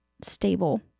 stable